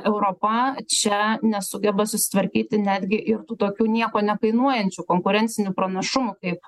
europa čia nesugeba susitvarkyti netgi ir tų tokių nieko nekainuojančių konkurencinių pranašumų kaip